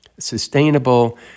sustainable